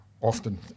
often